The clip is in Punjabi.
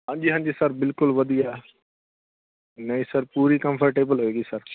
ਹਾਂਜੀ ਹਾਂਜੀ ਸਰ ਬਿਲਕੁਲ ਵਧੀਆ ਨਹੀਂ ਸਰ ਪੂਰੀ ਕੰਫਰਟੇਬਲ ਹੋਏਗੀ ਸਰ